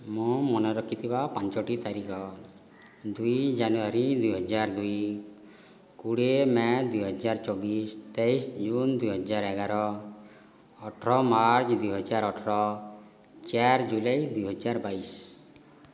ମୁଁ ମନେ ରଖିଥିବା ପାଞ୍ଚଟି ତାରିଖ ଦୁଇ ଜାନୁଆରୀ ଦୁଇହଜାର ଦୁଇ କୋଡ଼ିଏ ମେ' ଦୁଇହଜାର ଚବିଶ ତେଇଶ ଜୁନ୍ ଦୁଇହଜାର ଏଗାର ଅଠର ମାର୍ଚ୍ଚ ଦୁଇହଜାର ଅଠର ଚାରି ଜୁଲାଇ ଦୁଇହଜାର ବାଇଶ